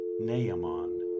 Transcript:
Naaman